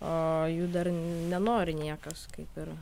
o jų dar nenori niekas kaip ir